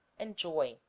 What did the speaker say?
enjoy